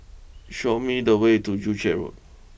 show me the way to Joo Chiat Road